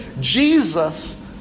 Jesus